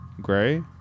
Gray